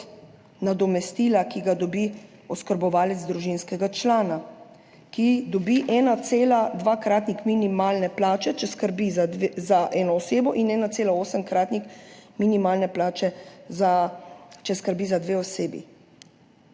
nadomestila, ki ga dobi oskrbovalec družinskega člana, ki dobi 1,2-kratnik minimalne plače, če skrbi za eno osebo, in 1,8-kratnik minimalne plače, če skrbi za dve osebi.